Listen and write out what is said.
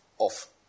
Off